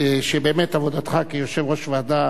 שבאמת עבודתך כיושב-ראש ועדה